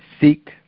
seek